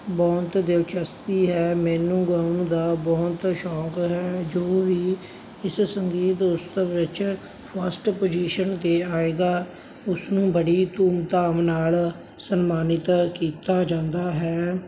ਬਹੁਤ ਦਿਲਚਸਪੀ ਹੈ ਮੈਨੂੰ ਗਾਉਣ ਦਾ ਬਹੁਤ ਸ਼ੌਂਕ ਹੈ ਜੋ ਵੀ ਇਸ ਸੰਗੀਤ ਉਤਸਵ ਵਿੱਚ ਫਸਟ ਪੁਜੀਸ਼ਨ 'ਤੇ ਆਵੇਗਾ ਉਸਨੂੰ ਬੜੀ ਧੂਮਧਾਮ ਨਾਲ ਸਨਮਾਨਿਤ ਕੀਤਾ ਜਾਂਦਾ ਹੈ